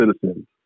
citizens